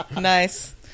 nice